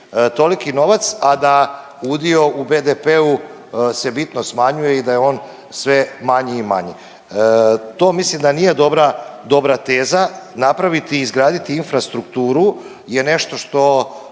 toliki novac, a da udio u BDP-u se bitno smanjuje i da je on sve manji i manji. To mislim da nije dobra, dobra teza napraviti i izgraditi infrastrukturu je nešto što